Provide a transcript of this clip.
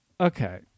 okay